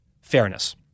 fairness